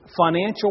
financial